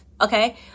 Okay